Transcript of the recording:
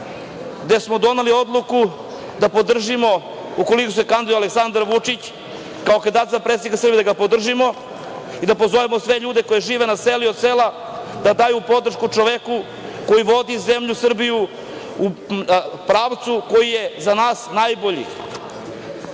gde smo doneli odluku da podržimo, ukoliko se kandiduje Aleksandar Vučić za predsednika Srbije da ga podržimo i da pozovemo sve ljude koji žive na selu i od sela da daju podršku čoveku koji vodi zemlju Srbiju u pravcu koji je za nas najbolji. Listu